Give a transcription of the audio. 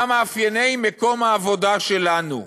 מה מאפייני מקום העבודה שלנו,